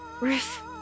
Ruth